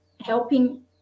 helping